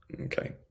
Okay